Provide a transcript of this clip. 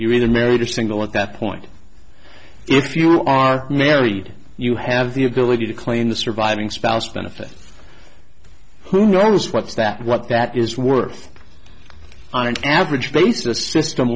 either married or single at that point if you are married you have the ability to claim the surviving spouse benefit who knows what's that what that is worth on an average basis the system